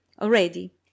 Already